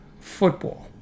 football